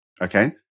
Okay